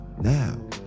now